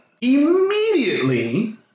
immediately